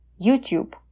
YouTube